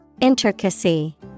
Intricacy